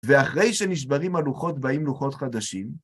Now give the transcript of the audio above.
ואחרי שנשברים הלוחות, באים לוחות חדשים.